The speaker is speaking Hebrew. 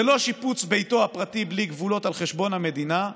זה לא ששיפוץ ביתו הפרטי בלי גבולות על חשבון המדינה,